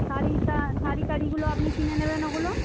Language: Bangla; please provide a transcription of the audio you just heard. শাড়িটা শাড়ি টাড়িগুলো আপনি কিনে নেবেন ওগুলো